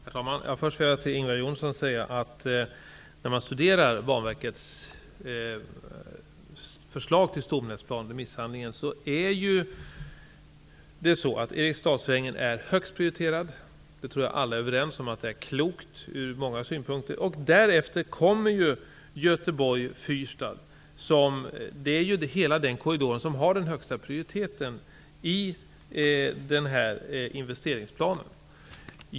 Herr talman! Först vill jag till Ingvar Johnsson säga att det av Banverkets förslag till stomnätsplan framgår att Erikstadsvängen är högst prioriterad. Jag tror att alla är överens om att det i många avseenden är klokt. Därefter kommer Göteborg-- Fyrstadsområdet. Hela den korridoren har den högsta prioriteten i investeringsplanen.